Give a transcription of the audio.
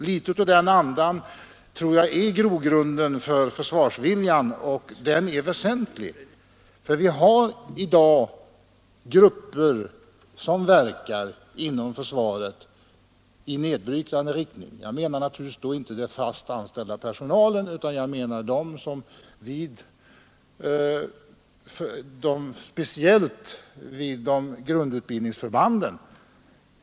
” Litet av den andan tror jag är grogrunden för försvarsviljan, och den är väsentlig. Vi har nämligen i dag grupper som verkar inom försvaret i nedbrytande riktning. Jag menar naturligtvis inte den fast anställda personalen, utan jag avser speciellt dem som genomgår grundutbildning vid olika förband.